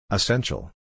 Essential